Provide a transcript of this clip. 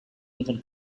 even